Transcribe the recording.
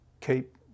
keep